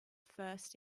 first